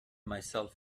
myself